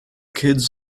kids